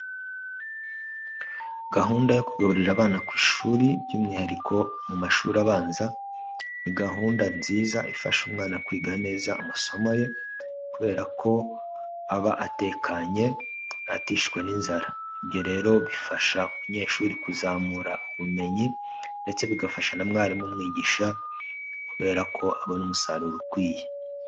Gahunda yo kugaburira abana ku ishuri by'umwihariko mu mashuri abanza, ni gahunda nziza ifasha umwana kwiga neza amasomo ye, kubera ko aba atekanye, atishwe n'inzara. Ibyo rero bifasha abanyeshuri kuzamura ubumenyi ndetse bigafasha na mwarimu umwigisha kubera ko abona umusaruro ukwiye.